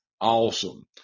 Awesome